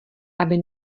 aby